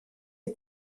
est